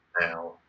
now